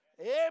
Amen